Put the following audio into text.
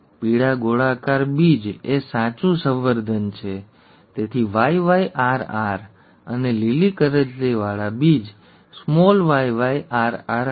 પીળા ગોળાકાર બીજ એ સાચું સંવર્ધન છે તેથી YYRR અને લીલી કરચલીવાળા બીજ yyrr હશે